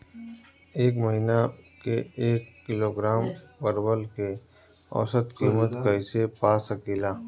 एक महिना के एक किलोग्राम परवल के औसत किमत कइसे पा सकिला?